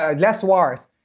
ah less worse?